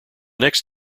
next